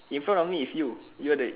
in front of me is you you are the